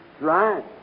right